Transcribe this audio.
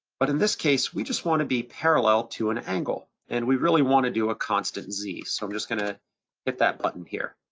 but in this case, we just wanna be parallel to an angle and we really wanna do a constant z. so i'm just gonna hit that button here.